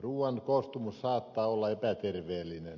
ruuan koostumus saattaa olla epäterveellinen